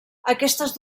aquestes